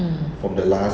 mm